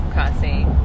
Crossing